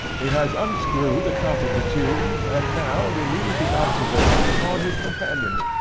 he has unscrewed the top of the tube, and now renews his observations upon his companions,